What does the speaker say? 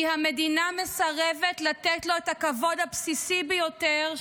כי המדינה מסרבת לתת לו את הכבוד הבסיסי ביותר,